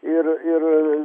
ir ir